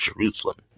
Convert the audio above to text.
Jerusalem